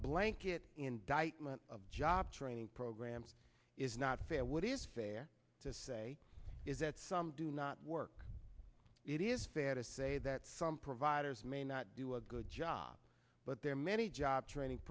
blanket indictment of job training programs is not fair what is fair to say is that some do not work it is fair to say that some providers may not do a good job but there are many job training